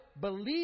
believe